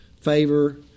favor